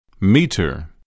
meter